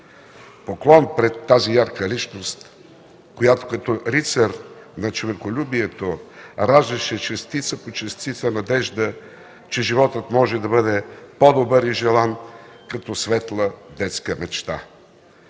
Поклон пред тази ярка личност, която като рицар на човеколюбието раждаше частица по частица надежда, че животът може да бъде по-добър и желан като светла детска мечта!